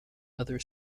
other